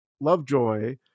Lovejoy